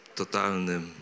totalnym